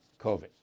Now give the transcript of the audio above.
COVID